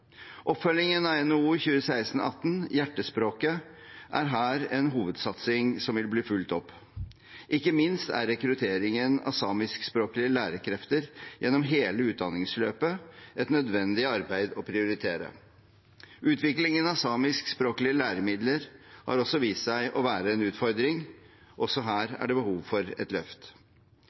Oppfølgingen av NOU 2016:18 Hjertespråket er her en hovedsatsing som vil bli fulgt opp. Ikke minst er rekrutteringen av samiskspråklige lærekrefter gjennom hele utdanningsløpet et nødvendig arbeid å prioritere. Utviklingen av samiskspråklige læremidler har også vist seg å være en utfordring – også her er det behov for et løft.